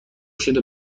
شده